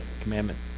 commandment